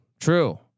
true